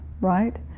right